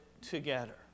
together